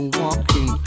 walking